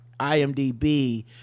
IMDb